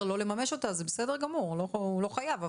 לא לממש אותה אז זה בסדר גמור הוא לא חייב.